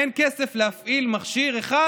אין כסף להפעיל מכשיר אחד